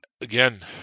again